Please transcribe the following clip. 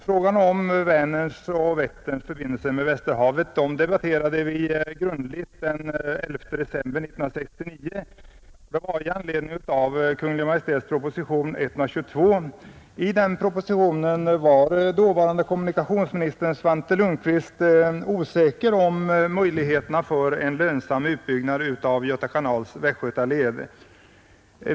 Frågan om Vänerns och Vätterns förbindelse med Västerhavet debatterade vi grundligt den 11 december 1969 i anledning av Kungl. Maj:ts proposition nr 122. I den propositionen var dåvarande kommunikationsministern Svante Lundkvist osäker om möjligheterna för en lönsam utbyggnad av Göta kanals västgötadel.